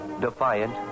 defiant